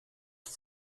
die